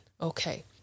Okay